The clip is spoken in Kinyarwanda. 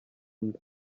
nda